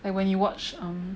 like when you watch um